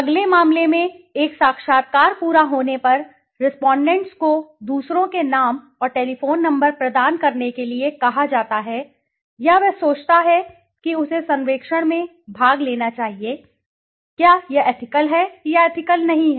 अगले मामले में एक साक्षात्कार पूरा होने पर रेस्पोंडेंट्स को दूसरों के नाम और टेलीफोन नंबर प्रदान करने के लिए कहा जाता है या वह सोचता है कि उसे सर्वेक्षण में भाग लेना चाहिए क्या यह एथिकल है या एथिकल नहीं है